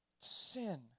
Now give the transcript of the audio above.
sin